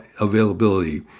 availability